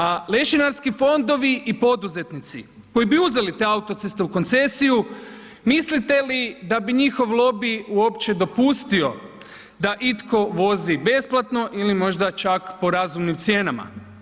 A lešinarski fondovi i poduzetnici koji bi uzeli te autoceste u koncesiju, mislite li da bi njihov lobij uopće dopustio da itko vozi besplatno ili možda čak po razumnim cijenama?